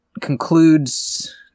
concludes